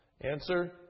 Answer